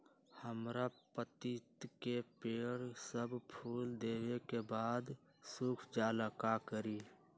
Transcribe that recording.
हमरा पतिता के पेड़ सब फुल देबे के बाद सुख जाले का करी?